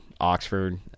Oxford